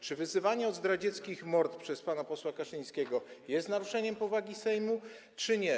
Czy wyzywanie od zdradzieckich mord przez pana posła Kaczyńskiego jest naruszeniem powagi Sejmu, czy nie?